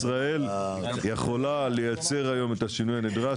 אני חושב שמדינת ישראל יכולה לייצר היום את השינוי הנדרש.